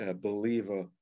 believer